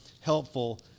helpful